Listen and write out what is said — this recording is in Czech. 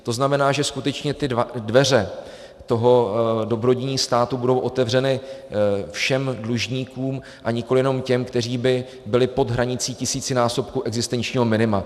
To znamená, že skutečně dveře toho dobrodiní státu budou otevřeny všem dlužníkům a nikoli jenom těm, kteří by byli pod hranicí tisícinásobku existenčního minima.